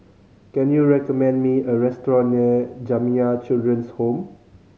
can you recommend me a restaurant near Jamiyah Children's Home